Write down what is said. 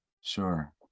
Sure